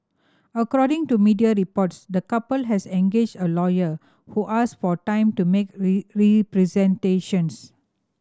according to media reports the couple has engaged a lawyer who asked for time to make representations